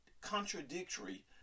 contradictory